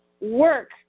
work